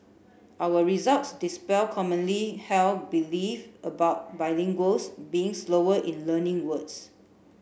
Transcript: our results dispel commonly held belief about bilinguals being slower in learning words